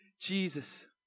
Jesus